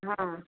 हां